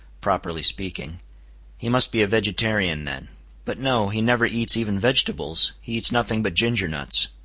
properly speaking he must be a vegetarian then but no he never eats even vegetables, he eats nothing but ginger-nuts.